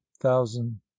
thousand